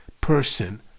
person